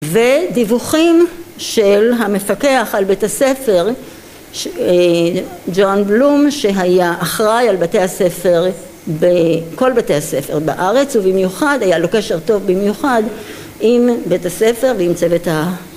ודיווחים של המפקח על בית הספר ג'ון בלום שהיה אחראי על בתי הספר, כל בתי הספר בארץ ובמיוחד היה לו קשר טוב במיוחד עם בית הספר ועם צוות